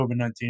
COVID-19